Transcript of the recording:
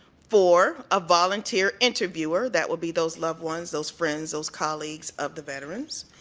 four, a volunteer interviewer that will be those loved ones, those friends, those colleagues of the veterans.